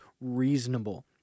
reasonable